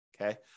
Okay